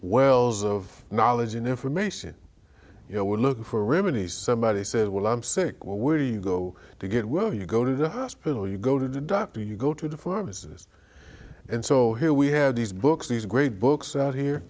wells of knowledge and information you know we're looking for a remedy somebody said well i'm sick well where do you go to get well you go to the hospital you go to the doctor you go to the pharmacist and so here we had these books these great books out here